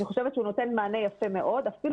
אני חושבת שהוא נותן מענה יפה מאוד אפילו